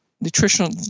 nutritional